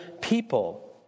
people